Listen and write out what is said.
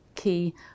key